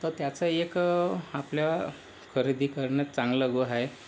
तर त्याचं एक आपल्या खरेदी करणं चांगलं आहे